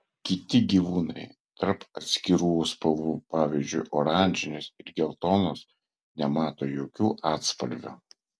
kiti gyvūnai tarp atskirų spalvų pavyzdžiui oranžinės ir geltonos nemato jokių atspalvių